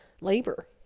labor